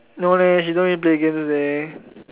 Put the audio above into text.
no leh she don't really play games leh